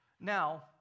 Now